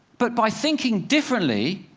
but by thinking differently,